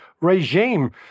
regime